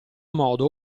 modo